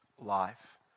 life